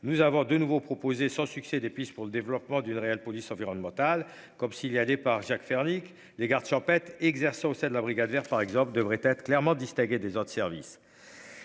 nous avons de nouveau proposé sans succès d'pour le développement d'une réelle police environnementale comme si il y a des par Jacques Fernique les gardes champêtre s'exerçant au sein de la brigade verte par exemple, devraient être clairement distingués des autres services.